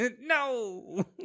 no